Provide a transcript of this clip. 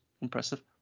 impressive